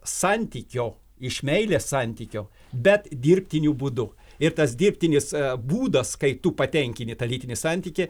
santykio iš meilės santykio bet dirbtiniu būdu ir tas dirbtinis būdas kai tu patenkini tą lytinį santykį